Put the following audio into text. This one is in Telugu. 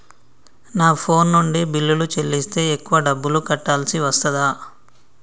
నా ఫోన్ నుండి బిల్లులు చెల్లిస్తే ఎక్కువ డబ్బులు కట్టాల్సి వస్తదా?